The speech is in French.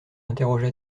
interrogea